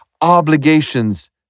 obligations